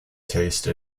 taste